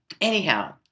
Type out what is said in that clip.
anyhow